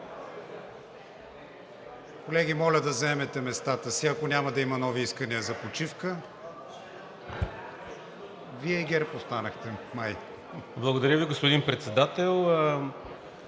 Колеги, моля да заемете местата си, ако няма да има нови искания за почивка! ТОШКО ЙОРДАНОВ (ИТН): Благодаря Ви, господин Председател.